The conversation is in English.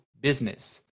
business